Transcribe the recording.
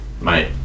Mate